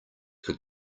could